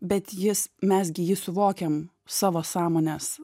bet jis mes gi jį suvokiam savo sąmonės